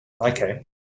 Okay